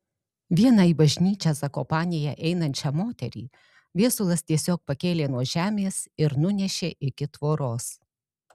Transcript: vieną į bažnyčią zakopanėje einančią moterį viesulas tiesiog pakėlė nuo žemės ir nunešė iki tvoros